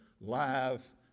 live